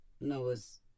Noah's